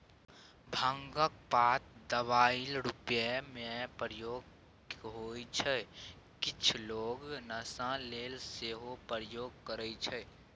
भांगक पात दबाइ रुपमे प्रयोग होइ छै किछ लोक नशा लेल सेहो प्रयोग करय छै